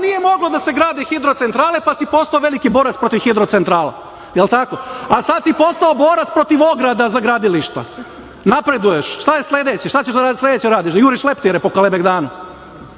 nije moglo da se gradi hidrocentrale, pa si ti postao veliki borac protiv hidrocentrala. Jel tako? A sada si postao borac protiv ograda za gradilišta, napreduješ, šta je sledeće, šta ćeš sledeće da radiš, da juriš leptire po Kalemegdanu.